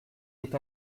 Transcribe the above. est